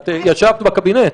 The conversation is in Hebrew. ואת ישבת בקבינט.